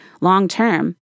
long-term